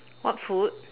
what food